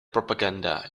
propaganda